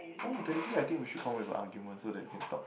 oh technically I think we should come up with arguments so that we can talk